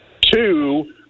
Two